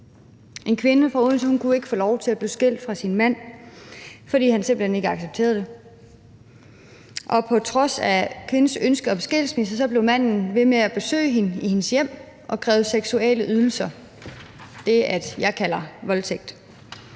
En kvinde fra Odense kunne ikke få lov til at blive skilt fra sin mand, fordi han simpelt hen ikke accepterede det. Og på trods af kvindens ønske om skilsmisse blev manden ved med at besøge hende i hendes hjem og kræve seksuelle ydelser – det, jeg kalder voldtægt.